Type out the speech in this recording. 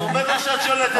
נו, בטח שאת שולטת בתקשורת.